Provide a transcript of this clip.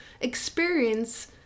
experience